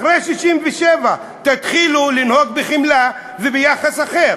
אחרי 67 תתחילו לנהוג בחמלה וביחס אחר.